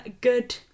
good